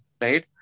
right